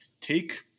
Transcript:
take